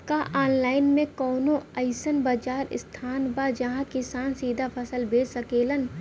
का आनलाइन मे कौनो अइसन बाजार स्थान बा जहाँ किसान सीधा फसल बेच सकेलन?